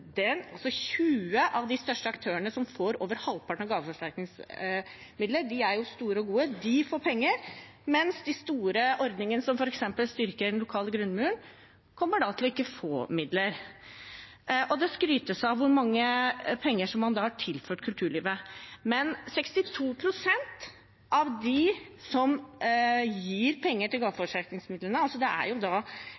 den lokale grunnmuren, kommer ikke til å få midler. Det skrytes av hvor mye penger man har tilført kulturlivet, men 62 pst. av dem som gir penger til